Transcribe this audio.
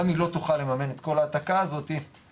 רמ"י לא תוכל לממן את כל ההתקה הזאתי